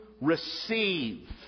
receive